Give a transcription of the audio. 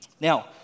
Now